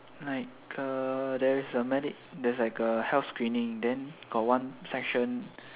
like there is a medic there is like a health scanning then got one section